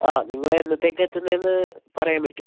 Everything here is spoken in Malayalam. ആ നിങ്ങൾ എന്നത്തേക്കാണ് എത്തുന്നതെന്ന് പറയാൻ പറ്റുമോ